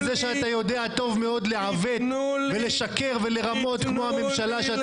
וזה שאתה יודע טוב מאוד לעוות ולשקר ולרמות כמו הממשלה שאתה מכהן בה,